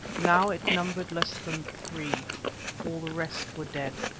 now it numbered less than three all the rest were dead.